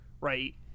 right